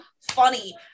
funny